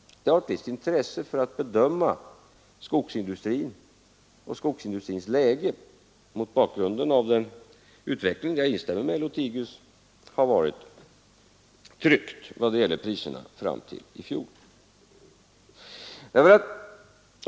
Det har ett visst intresse när man skall bedöma skogsindustrins läge mot bakgrunden av en utveckling som — jag instämmer med herr Lothigius — har varit tryckt i vad gäller priserna fram till i fjol.